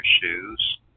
shoes